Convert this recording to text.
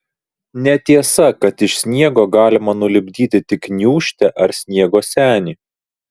netiesa kad iš sniego galima nulipdyti tik gniūžtę ar sniego senį